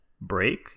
break